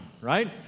right